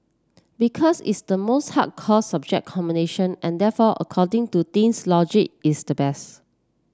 because it's the most hardcore subject combination and therefore according to teens logic it's the best